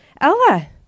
Ella